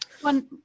one